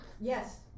Yes